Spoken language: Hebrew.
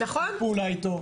יש שיתוף פעולה איתו,